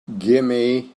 gimme